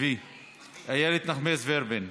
איילת נחמיאס ורבין,